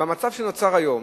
במצב שנוצר היום,